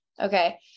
Okay